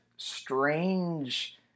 strange